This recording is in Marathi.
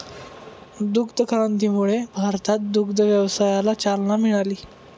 दुग्ध क्रांतीमुळे भारतात दुग्ध व्यवसायाला चालना मिळाली